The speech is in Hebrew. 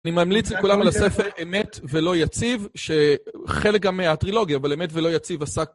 אני ממליץ לכולם על הספר אמת ולא יציב שחלק גם מהטרילוגיה אבל אמת ולא יציב עסק